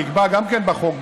נקבע גם כן בחוק,